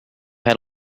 had